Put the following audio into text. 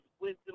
wisdom